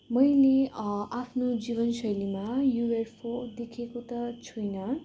मैले आफ्नो जीवनशैलीमा युएफओ देखेको त छुइनँ